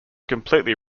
completely